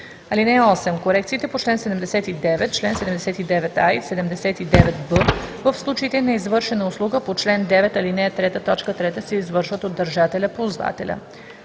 актива. (8) Корекциите по чл. 79, чл. 79а и 79б в случаите на извършена услуга по чл. 9, ал. 3, т. 3 се извършват от държателя/ползвателя.